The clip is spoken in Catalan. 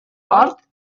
hort